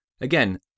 Again